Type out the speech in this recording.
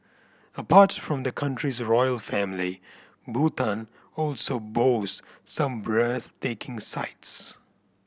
apart from the country's royal family Bhutan also boast some breathtaking sights